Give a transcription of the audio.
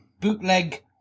bootleg